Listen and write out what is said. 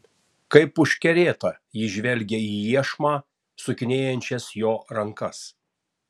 kaip užkerėta ji žvelgė į iešmą sukinėjančias jo rankas